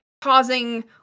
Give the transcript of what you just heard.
causing